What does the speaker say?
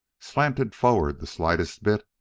slanted forward the slightest bit,